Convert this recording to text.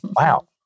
wow